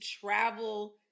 travel